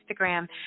Instagram